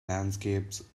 landscapes